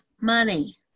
money